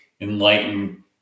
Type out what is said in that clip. enlighten